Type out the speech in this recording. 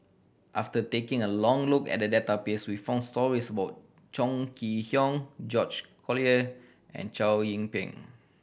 after taking a long look at the database we found stories about Chong Kee Hiong George Collyer and Chow Yian Ping